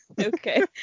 Okay